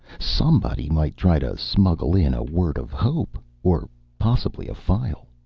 somebody might try to smuggle in a word of hope, or possibly a file.